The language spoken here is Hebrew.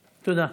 תודה.